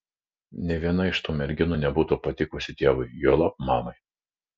nė viena iš tų merginų nebūtų patikusi tėvui juolab mamai